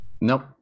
Nope